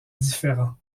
différents